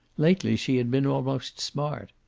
lately she had been almost smart.